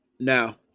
Now